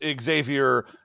Xavier